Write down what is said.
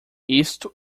isto